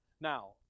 Now